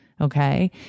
Okay